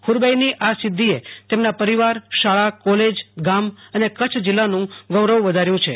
ફરબાઈની આ સિધ્ધીએ તેમના પરિવાર શાળા કોલેજ ગામ અને કચ્છ જીલ્લાનું ગૌરવ વધાર્યુ છે